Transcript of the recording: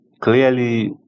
clearly